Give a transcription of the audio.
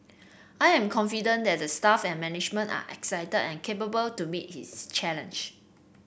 I am confident that the staff and management are excited and capable to meet his challenge